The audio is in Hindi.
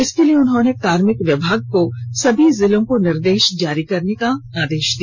इसके लिए उन्होंने कार्मिक विभाग को सभी जिलों को निर्देश जारी करने का निर्देश दिया